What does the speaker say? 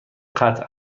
قطع